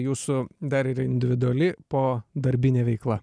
jūsų dar ir individuali po darbinė veikla